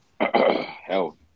health